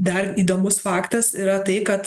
dar įdomus faktas yra tai kad